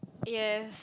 yes